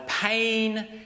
pain